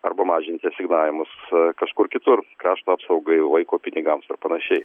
arba mažinti asignavimus kažkur kitur krašto apsaugai vaiko pinigams ar panašiai